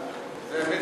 מס'